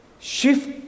Shift